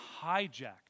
hijacked